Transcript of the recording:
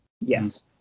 yes